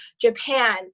Japan